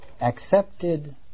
accepted